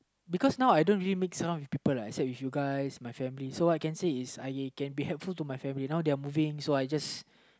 because now I don't really mix around with people uh except with you guys my family so I can say is I can be helpful to my family now they are moving so I just